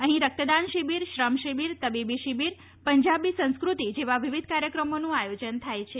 અહીં રક્તદાન શીબીર શ્રમ શીબીર તબીબી શીબીર પંજાબી સંસ્કૃતિ જેવા વિવિધ કાર્યક્રમોનું આયોજન થાય છે